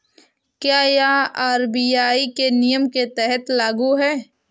क्या यह आर.बी.आई के नियम के तहत लागू है?